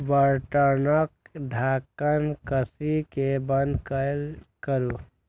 बर्तनक ढक्कन कसि कें बंद कैल करू